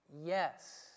yes